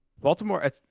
Baltimore